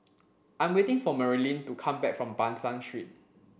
I'm waiting for Marylin to come back from Ban San Street